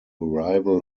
arrival